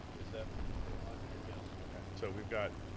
is that the logic? yes. so we've got,